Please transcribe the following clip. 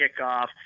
kickoff